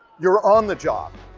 you're on the job.